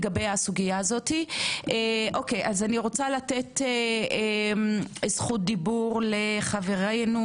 אני רוצה לתת זכות דיבור לחברתנו